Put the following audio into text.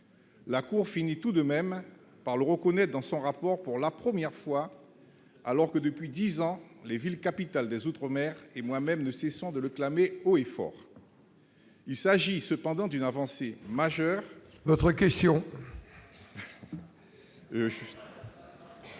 La cour finit tout de même par le reconnaît dans son rapport pour la première fois, alors que depuis 10 ans, les villes capitales des Outre-mer et moi-même ne cessons de le clamer haut et fort : il s'agit cependant d'une avancée majeure, votre question.